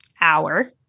hour